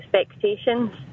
expectations